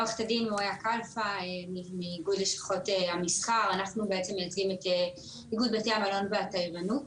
אנחנו מייצגים את איגוד בתי המלון והתיירות.